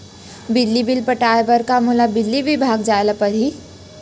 बिजली बिल पटाय बर का मोला बिजली विभाग जाय ल परही?